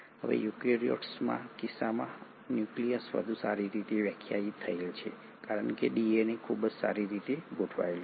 હવે યુકેરીયોટ્સના કિસ્સામાં ન્યુક્લિયસ વધુ સારી રીતે વ્યાખ્યાયિત થયેલ છે કારણ કે ડીએનએ ખૂબ જ સારી રીતે ગોઠવાયેલું છે